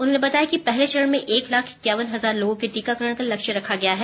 उन्होंने बताया कि पहले चरण में एक लाख इक्कावन हजार लोगों के टीकाकरण का लक्ष्य रखा गया है